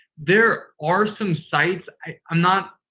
there are some sites. i'm not.